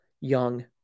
young